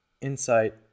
insight